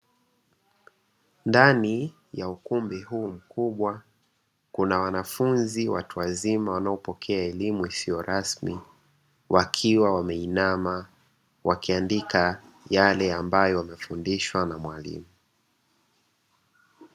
Ndani ya ukumbi huu mkubwa, kuna wanafunzi watu wazima wanaopokea elimu isiyo rasmi, wakiwa wameinama, wakiandika yale ambayo wamefundishwa na mwalimu.